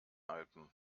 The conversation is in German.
alpen